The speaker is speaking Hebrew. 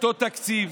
אותו תקציב